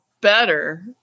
better